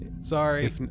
Sorry